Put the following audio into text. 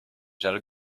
żal